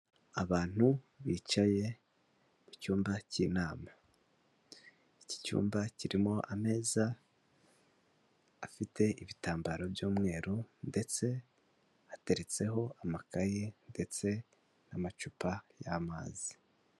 Abantu bicaye mu cyumba k'inama, iki cyumba kirimo ameza, afite ibitambaro by'umweru, ndetse hateretseho amakayi, ndetse n'amacupa y'amazi.